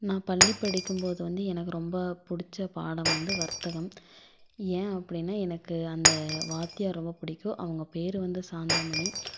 நான் பள்ளி படிக்கும்போது வந்து எனக்கு ரொம்ப பிடிச்ச பாடம் வந்து வர்த்தகம் ஏன் அப்படின்னா எனக்கு அந்த வாத்தியார் ரொம்ப பிடிக்கும் அவங்க பேர் வந்து சாந்தாமணி